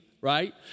right